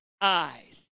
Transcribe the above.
eyes